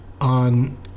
on